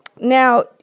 now